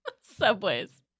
subways